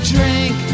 Drink